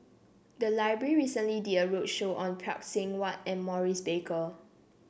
the library recently did a roadshow on Phay Seng Whatt and Maurice Baker